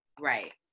Right